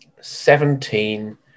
Seventeen